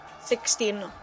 sixteen